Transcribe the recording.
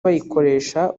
bayikoresha